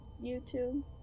youtube